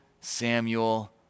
Samuel